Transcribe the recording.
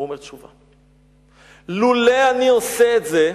הוא אומר תשובה: לולא אני עושה את זה,